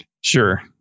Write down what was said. sure